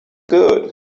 good